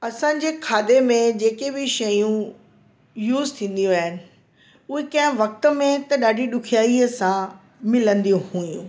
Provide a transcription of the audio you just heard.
असांजे खाधे में जेके बि शयूं यूस थींदियूं आहिनि उहे कंहिं वक़्तु में त ॾाढी ॾुखायाई सां मिलंदियूं हुइयूं